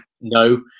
no